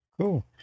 Cool